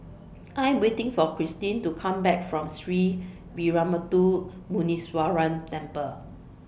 I'm waiting For Kirstin to Come Back from Sree Veeramuthu Muneeswaran Temple